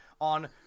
on